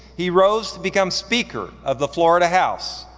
he rose to become speaker of the florida house,